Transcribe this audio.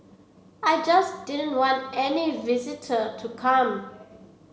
I just didn't want any visitor to come